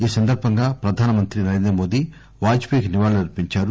ఈ సందర్బంగా ప్రదానమంత్రి నరేంద్రమోదీ వాజ్ పేయికి నివాళ్లర్పించారు